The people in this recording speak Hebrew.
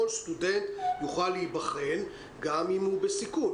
סטודנט יוכל להיבחן גם אם הוא בסיכון.